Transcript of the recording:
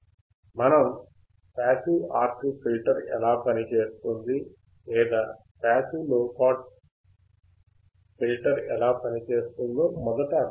మనం passive RC filter ఎలా పని చేస్తుంది లేదా పాసివ్ లోపాస్ ఫిల్టర్ ఎలా పనిచేస్తుందో మొదట అర్థం చేసుకోవాలి